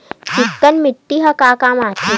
चिकना माटी ह का काम आथे?